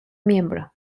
miembro